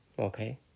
Okay